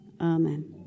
Amen